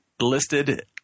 listed